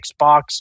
xbox